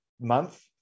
month